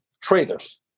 traders